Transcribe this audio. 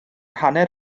hanner